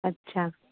अच्छा